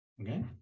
Okay